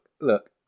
look